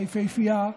היפהפייה,